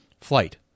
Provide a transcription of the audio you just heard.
Flight